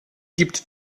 gibt